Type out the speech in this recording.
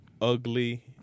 ugly